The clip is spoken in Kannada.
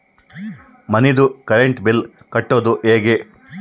ಮನಿದು ಕರೆಂಟ್ ಬಿಲ್ ಕಟ್ಟೊದು ಹೇಗೆ?